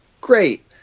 Great